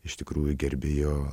iš tikrųjų gerbi jo